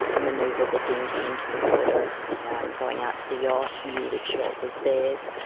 manoeuvred the the dinghy into the water going out to the yacht, knew which yacht was theirs.